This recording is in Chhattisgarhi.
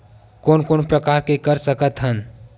कोन कोन प्रकार के कर सकथ हन?